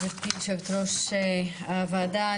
גברתי היושבת-ראש הוועדה,